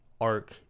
arc